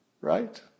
right